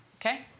okay